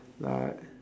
like